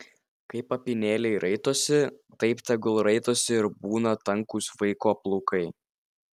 kaip apynėliai raitosi taip tegul raitosi ir būna tankūs vaiko plaukai